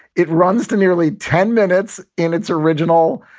it runs to nearly ten minutes in its original,